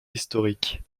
historiques